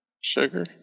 Sugar